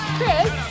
Chris